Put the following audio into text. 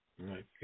Right